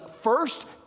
first